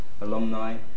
alumni